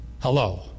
Hello